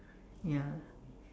ya